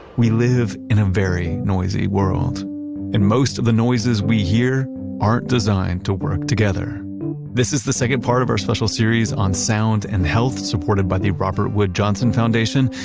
we live in a very noisy world and most of the noises we hear aren't designed to work together this is the second part of our special series on sound and health supported by the robert wood johnson foundation.